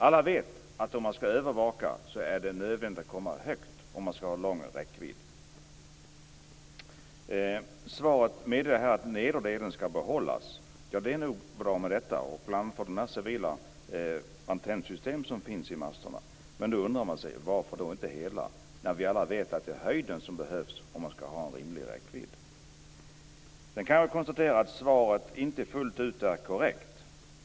Alla vet att om man skall övervaka är det nödvändigt att komma högt om man skall ha lång räckvidd. Det här med att nederdelen skall behållas är nog bra, bl.a. för de civila antennsystem som finns i masterna. Men man undrar: Varför då inte hela? Vi vet ju alla att det är höjden som behövs om man skall ha en rimlig räckvidd. Sedan kan jag konstatera att svaret inte är fullt ut korrekt.